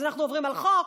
אז אנחנו עוברים על החוק.